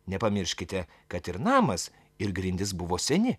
nepamirškite kad ir namas ir grindys buvo seni